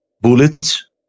bullets